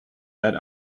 that